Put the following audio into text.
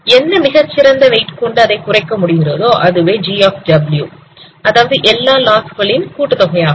எந்த மிகச்சிறந்த வெயிட் கொண்டு குறைக்க முடிகிறதோ அதுவே g அதாவது எல்லா லாஸ் களின் கூட்டு தொகையாகும்